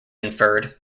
inferred